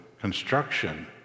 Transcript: construction